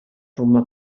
formà